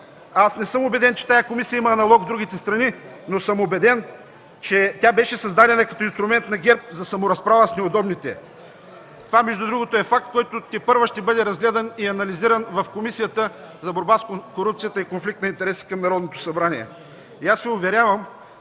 Но не съм убеден, че тази комисия има аналог в другите страни. Но съм убеден, че тя беше създадена като инструмент на ГЕРБ за саморазправа с неудобните. Това, между другото, е факт, който тепърва ще бъде разгледан и анализиран в Комисията за борба с корупцията и конфликт на интереси към Народното събрание.